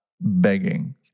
begging